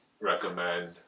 recommend